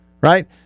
Right